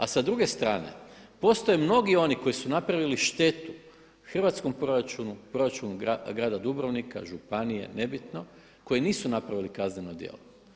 A sa druge strane, postoje mnogi oni koji su napravili štetu hrvatskom proračunu, proračunu Grada Dubrovnika, županije nebitno koji nisu napravili kazneno djelo.